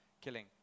killing